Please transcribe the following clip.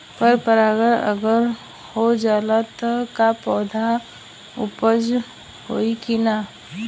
पर परागण अगर हो जाला त का पौधा उपज होई की ना?